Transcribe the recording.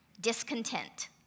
discontent